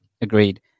agreed